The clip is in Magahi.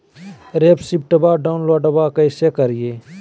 रेसिप्टबा डाउनलोडबा कैसे करिए?